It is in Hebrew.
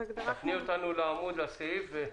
תפני אותנו לעמוד, לסעיף.